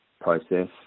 process